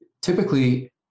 typically